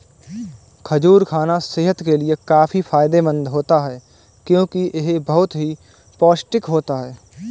खजूर खाना सेहत के लिए काफी फायदेमंद होता है क्योंकि यह बहुत ही पौष्टिक होता है